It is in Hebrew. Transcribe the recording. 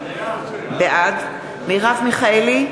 בעד מרב מיכאלי,